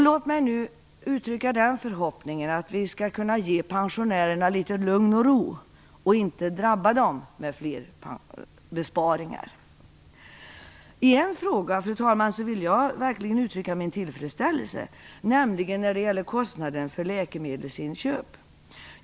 Låt mig nu uttrycka den förhoppningen att vi skall kunna ge pensionärerna litet lugn och ro och inte skall drabba dem med fler besparingar. Fru talman! I en fråga vill jag verkligen uttrycka min tillfredsställelse, nämligen när det gäller kostnaden för läkemedelsinköp.